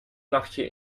nachtje